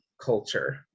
culture